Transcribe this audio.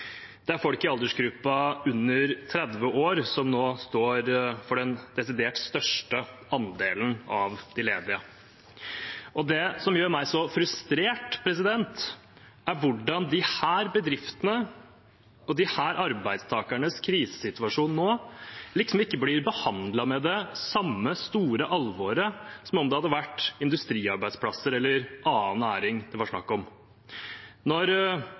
Det er folk i aldersgruppen under 30 år som nå står for den desidert største andelen av de ledige. Det som gjør meg så frustrert, er hvordan disse bedriftenes og disse arbeidstakernes krisesituasjon ikke blir behandlet med det samme store alvoret som om det hadde vært industriarbeidsplasser eller annen næring det var snakk om. Når